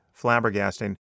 flabbergasting